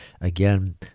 again